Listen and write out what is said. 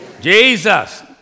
Jesus